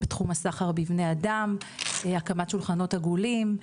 בתחום הסחר בבני אדם, הקמת 'שולחנות עגולים',